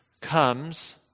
comes